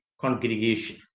Congregation